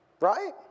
Right